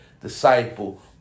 disciple